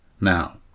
Now